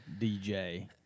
DJ